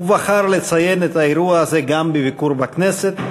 ובחר לציין את האירוע הזה גם בביקור בכנסת.